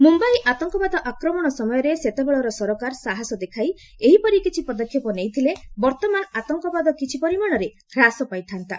ମୁମ୍ବାଇ ଆତଙ୍କବାଦ ଆକ୍ରମଣ ସମୟରେ ସେତେବେଳର ସରକାର ସାହସ ଦେଖାଇ ଏହିପରି କିଛି ପଦକ୍ଷେପ ନେଇଥିଲେ ବର୍ତ୍ତମାନ ଆତଙ୍କବାଦ କିଛି ପରିମାଣରେ ହ୍ରାସ ପାଇଥା'ନ୍ତା